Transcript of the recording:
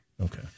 Okay